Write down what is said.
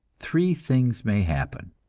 three things may happen.